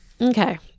Okay